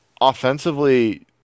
offensively